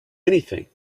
anything